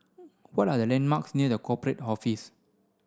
what are the landmarks near The Corporate Office